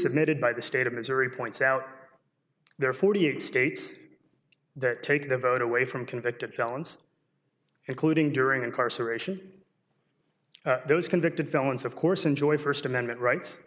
submitted by the state of missouri points out there are forty eight states that take the vote away from convicted felons including during incarceration those convicted felons of course enjoy first amendment rights